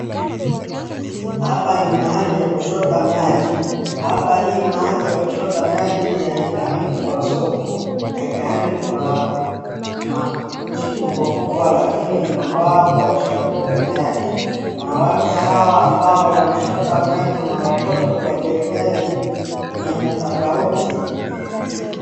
Hapa ni mahali ya kuchota maji, hapa hii mahali ya kuchota maji haikaangi kwa soko, haikaangi kwa nchi kubwakubwa lakini inakaa kwa ushago oeke yake. Wanawake hawa ambao wanachota maji na watoto kwa jerikani aina tofauti.